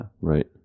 Right